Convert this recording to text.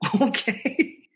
okay